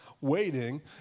waiting